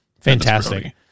Fantastic